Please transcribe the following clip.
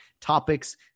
topics